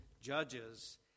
Judges